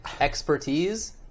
expertise